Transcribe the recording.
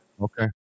okay